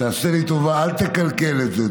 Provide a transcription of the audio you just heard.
תעשה לי טובה, אל תקלקל את זה.